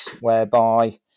whereby